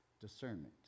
discernment